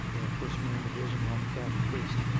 the first marine division roman catholic priest.